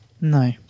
No